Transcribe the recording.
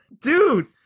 dude